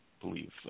believe